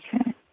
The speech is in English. Okay